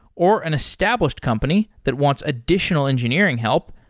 or an established company that wants additional engineering help,